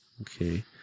Okay